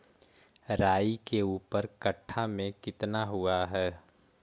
राई के ऊपर कट्ठा में कितना हुआ है?